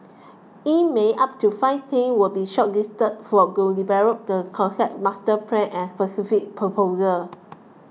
in May up to five team will be shortlisted develop the concept master plan and specific proposal